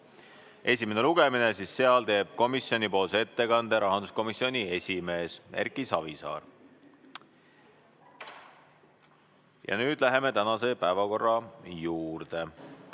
esimene lugemine, teeb komisjonipoolse ettekande rahanduskomisjoni esimees Erki Savisaar. Ja nüüd läheme tänase päevakorra juurde.